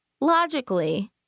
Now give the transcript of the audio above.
logically